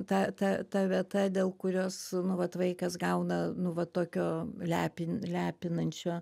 ta ta ta vieta dėl kurios nu vat vaikas gauna nu va tokio lepin lepinančio